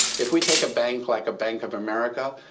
if we take a bank like a bank of america,